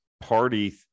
party